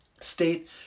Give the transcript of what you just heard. State